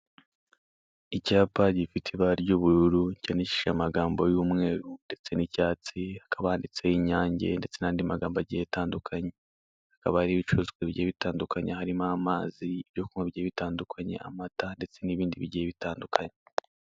Icyapa gifite ibata ry'ubururu cyandikishijwe amagambo y'umweru ndetse n'icyatsi, hakaba handitseho inyange ndetse n'andi magambo agiye atandukanye. Hakaba hariho ibicuruzwa bigiye bitandukanye harimo amazi, ibyo kunywa bigiye bitandukanye, amata ndetse n'ibindi bigiye bitandukanye.